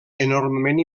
enormement